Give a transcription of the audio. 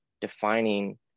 defining